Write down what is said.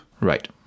Right